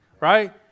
right